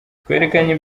twerekanye